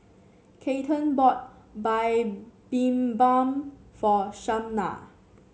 Keaton bought Bibimbap for Shaunna